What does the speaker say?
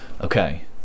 Okay